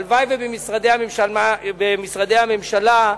הלוואי במשרדי הממשלה,